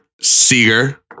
Seeger